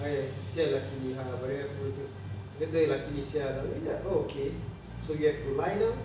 !hais! [sial] laki ni ha padahal aku belum tengok dia kata laki ni [sial] I mean like oh okay so you have to lie now